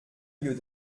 lieu